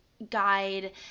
guide